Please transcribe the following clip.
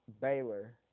Baylor